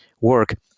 work